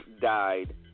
died